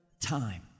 time